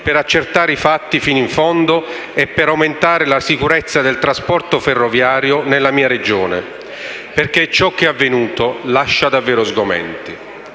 per accertare i fatti fino in fondo e per aumentare la sicurezza del trasporto ferroviario nella mia Regione, perché ciò che è avvenuto lascia davvero sgomenti.